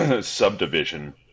subdivision